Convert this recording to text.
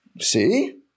See